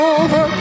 over